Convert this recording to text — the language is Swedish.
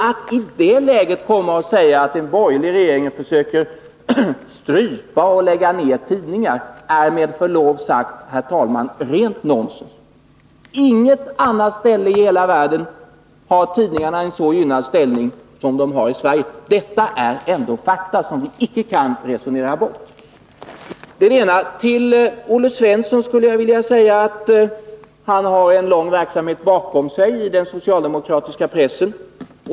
Att i det läget påstå att den borgerliga regeringen försöker strypa och lägga ned tidningar är med förlov sagt, herr talman, rent nonsens. Ingen annanstans i hela världen har tidningarna en så gynnad ställning som i Sverige. Detta är ett faktum som man icke kan resonera bort. Till Olle Svensson skulle jag vilja säga att han ju har lång verksamhet bakom sig inom den socialdemokratiska pressen.